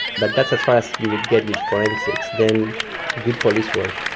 but that's as far as you would get with forensics. then good police work,